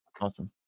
Awesome